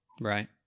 Right